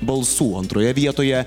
balsų antroje vietoje